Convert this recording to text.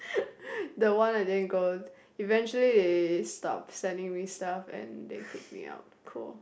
the one I didn't go eventually they stopped sending me stuff and they kicked me out cool